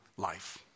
Life